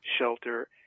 shelter